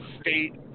state